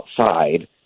outside